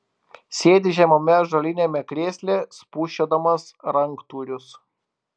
sėdi žemame ąžuoliniame krėsle spūsčiodamas ranktūrius